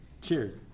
Cheers